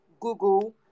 Google